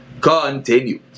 continue